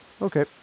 Okay